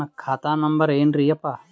ನನ್ನ ಖಾತಾ ನಂಬರ್ ಏನ್ರೀ ಯಪ್ಪಾ?